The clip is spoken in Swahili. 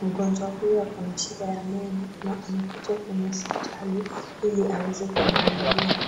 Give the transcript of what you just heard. Mgonjwa huyu ako na shida ya meno na amekuja kwenye hospitali ili aweze kuangaliliwa.